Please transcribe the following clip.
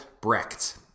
Brecht